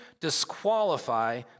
disqualify